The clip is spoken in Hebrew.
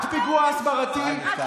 את פיגוע הסברתי,